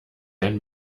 ein